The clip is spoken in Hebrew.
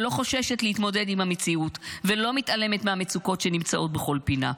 שלא חוששת להתמודד עם המציאות ולא מתעלמת מהמצוקות שנמצאות בכל פינה.